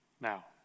now